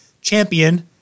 champion